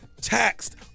taxed